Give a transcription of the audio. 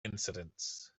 incidents